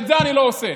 את זה אני לא עושה.